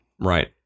Right